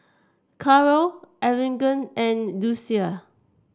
Carrol Arlington and Lucia